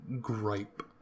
gripe